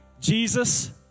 Jesus